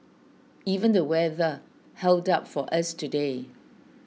even the weather held up for us today